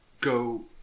go